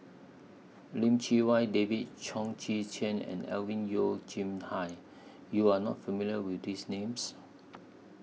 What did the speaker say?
Lim Chee Wai David Chong Tze Chien and Alvin Yeo Hai YOU Are not familiar with These Names